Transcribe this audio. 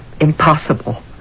impossible